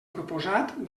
proposat